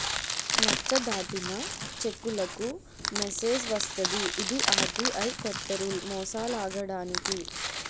నచ్చ దాటిన చెక్కులకు మెసేజ్ వస్తది ఇది ఆర్.బి.ఐ కొత్త రూల్ మోసాలాగడానికి